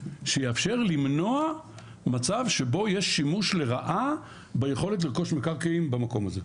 שיאפשר למנוע מצב שבו יהיה שימוש לרעה ביכולת לרכוש מקרקעין במקום הזה.